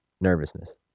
nervousness